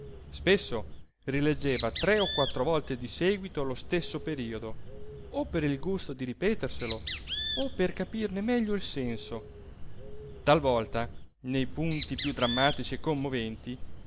spesso rileggeva tre e quattro volte di seguito lo stesso periodo o per il gusto di ripeterselo o per capirne meglio il senso talvolta nei punti più drammatici e commoventi